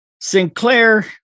Sinclair